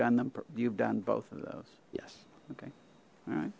done them you've done both of those yes okay all right